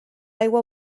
aigua